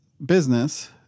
Business